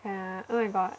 ya oh my god